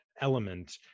element